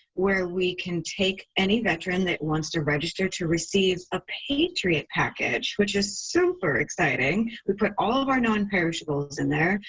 where we can take any veteran that wants to register to receive a patriot package, which is super exciting. we put all of our non-perishables in there.